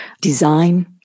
design